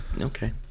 okay